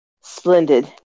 splendid